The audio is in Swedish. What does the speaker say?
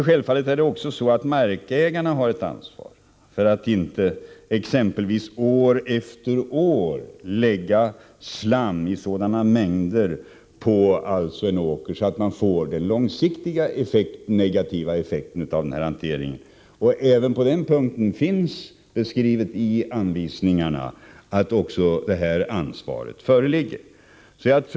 Självfallet har även markägarna ett ansvar för att inte exempelvis år efter år lägga slam i sådana mängder på en åker så att man får långsiktiga negativa effekter av denna hantering. Även på denna punkt föreligger ett ansvar enligt anvisningarna.